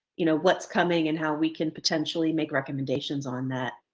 you know, what's coming and how we can potentially make recommendations on that.